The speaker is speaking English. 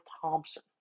Thompson